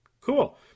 Cool